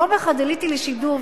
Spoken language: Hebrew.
יום אחד עליתי לשידור,